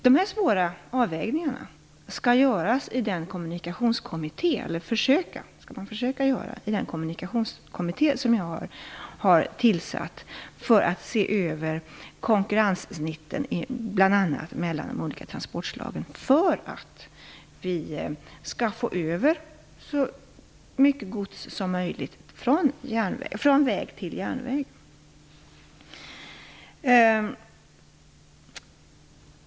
De här svåra avvägningarna skall man försöka göra i den kommunikationskommitté som jag tillsatt för att se över konkurrenssnitten mellan bl.a. de olika transportslagen för att vi skall få över så mycket gods som möjligt från väg till järnväg.